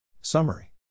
Summary